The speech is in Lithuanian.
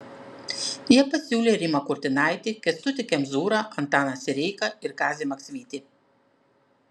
jie pasiūlė rimą kurtinaitį kęstutį kemzūrą antaną sireiką ir kazį maksvytį